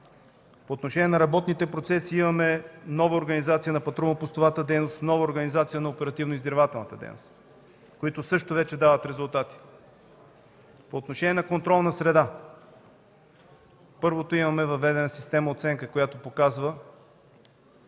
По отношение на работните процеси имаме нова организация на патрулно-постовата дейност, нова организация на оперативно-издирвателната дейност, които също вече дават резултати. По отношение на контролна среда, първо, имаме въведена система оценка, която показва